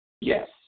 Yes